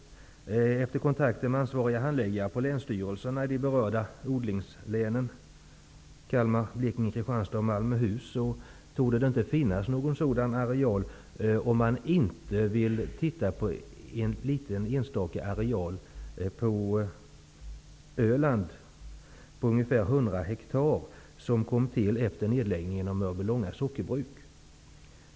Efter kontakter med ansvariga handläggare på länsstyrelserna i de berörda odlingslänen -- Kalmar, Blekinge, Kristianstad och Malmöhus -- kan jag säga att det inte torde finnas någon sådan areal, om man inte avser en enstaka liten areal på ungefär 100 hektar på Öland som kom till efter nedläggningen av Mörbylånga sockerbruk.